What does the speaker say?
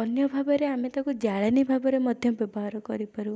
ଅନ୍ୟ ଭାବରେ ଆମେ ତାକୁ ଜାଳେଣୀ ଭାବରେ ମଧ୍ୟ ବ୍ୟବହାର କରିପାରୁ